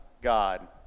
God